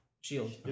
Shield